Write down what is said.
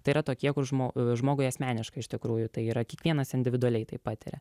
tai yra tokie kur žmogui žmogui asmeniškai iš tikrųjų tai yra kiekvienas individualiai tai patiria